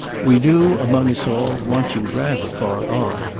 we do, among us all, want you rather far on.